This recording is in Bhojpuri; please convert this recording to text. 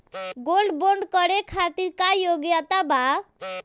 गोल्ड बोंड करे खातिर का योग्यता बा?